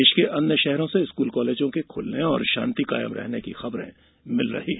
प्रदेश के अन्य शहरों में स्कूल कॉलेजों के खुलने और शांति कायम रहने की खबरे मिल रही है